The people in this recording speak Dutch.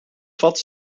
vat